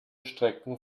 strecken